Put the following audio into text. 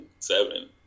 seven